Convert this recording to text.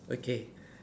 okay